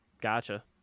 Gotcha